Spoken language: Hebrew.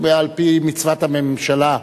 על-פי מצוות הממשלה,